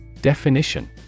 Definition